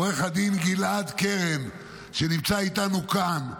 עו"ד גלעד קרן, שנמצא איתנו כאן,